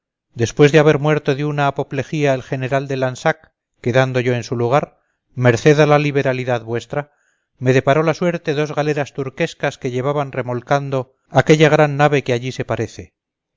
después de haber muerto de una apoplejía el general de lansac quedando yo en su lugar merced a la liberalidad vuestra me deparó la suerte dos galeras turquescas que llevaban remolcando aquella gran nave que allí se parece